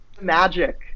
magic